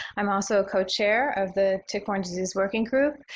i'm also a co-chair of the tick-borne disease working group.